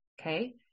okay